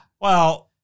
Well-